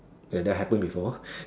and then happen before